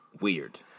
weird